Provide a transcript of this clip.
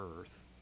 earth